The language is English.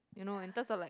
you know in terms of like